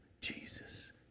Jesus